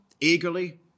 eagerly